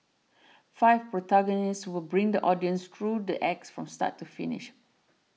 five protagonists will bring the audience through the acts from start to finish